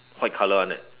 white colour [one] leh